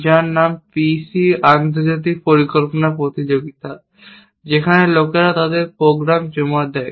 যার নাম PC আন্তর্জাতিক পরিকল্পনা প্রতিযোগিতা যেখানে লোকেরা তাদের প্রোগ্রাম জমা দেয়